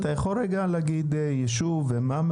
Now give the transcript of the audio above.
אתה יכול לספר קצת על היישוב?